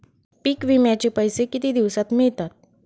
पीक विम्याचे पैसे किती दिवसात मिळतात?